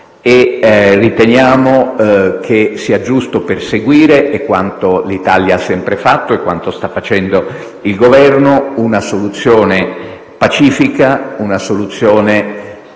Riteniamo che sia giusto perseguire - è quanto l'Italia ha sempre fatto e quanto sta facendo il Governo - una soluzione pacifica e